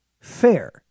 fair